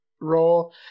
role